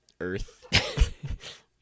Earth